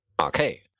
Okay